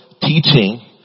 teaching